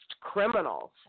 criminals